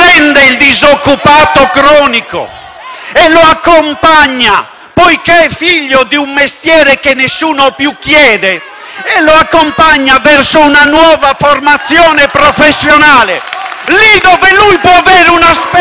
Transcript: prende il disoccupato cronico e, poiché è figlio di un mestiere che nessuno più chiede, lo accompagna verso una nuova formazione professionale, lì dove può avere una speranza